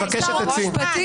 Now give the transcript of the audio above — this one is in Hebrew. אני מבקשת משר המשפטים,